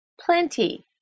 plenty